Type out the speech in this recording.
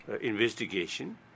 investigation